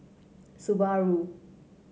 Subaru